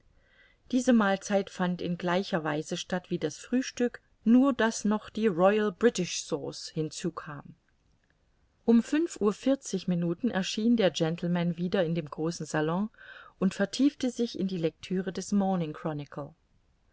diese mahlzeit fand in gleicher weise statt wie das frühstück nur daß noch die royal british sauce hinzukam um fünf uhr vierzig minuten erschien der gentleman wieder in dem großen salon und vertiefte sich in der lectüre des